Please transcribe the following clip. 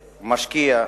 שמשקיע,